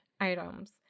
items